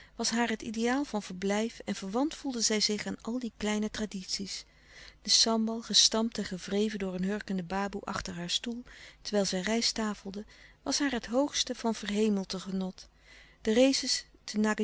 was haar het ideaal van verblijf en verwant voelde zij zich aan al die kleine tradities de sambal gestampt en gewreven door een hurkende baboe achter haar stoel terwijl zij rijsttafelde was haar het hoogste van verhemelte genot de races